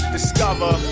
Discover